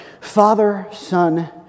father-son